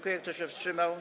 Kto się wstrzymał?